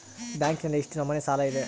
ಬ್ಯಾಂಕಿನಲ್ಲಿ ಎಷ್ಟು ನಮೂನೆ ಸಾಲ ಇದೆ?